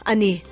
Ani